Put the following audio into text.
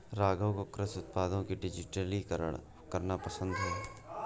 राघव को कृषि उत्पादों का डिजिटलीकरण करना पसंद है